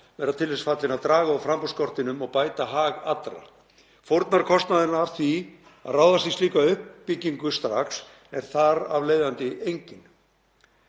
verða til þess fallin að draga úr framboðsskortinum og bæta hag allra. Fórnarkostnaðurinn af því að ráðast í slíka uppbyggingu strax er þar af leiðandi enginn.